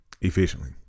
efficiently